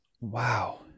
Wow